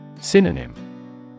Synonym